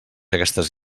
aquestes